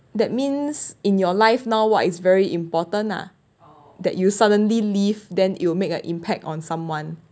that means in your life now what is very important ah that you suddenly leave then you will make an impact on someone